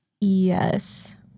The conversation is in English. Yes